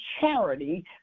charity